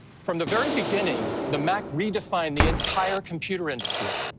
from the very beginning, the mac redefined the entire computer industry.